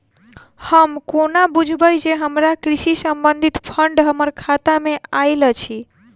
हम कोना बुझबै जे हमरा कृषि संबंधित फंड हम्मर खाता मे आइल अछि?